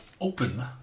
Open